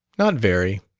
not very.